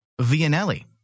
Vianelli